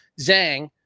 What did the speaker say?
Zhang